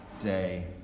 day